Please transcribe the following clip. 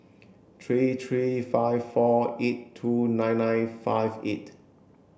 three three five four eight two nine nine five eight